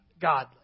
godly